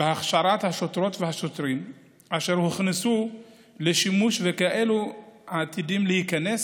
בהכשרת השוטרות והשוטרים אשר הוכנסו לשימוש וכאלה העתידים להיכנס,